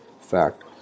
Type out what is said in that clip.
fact